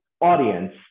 audience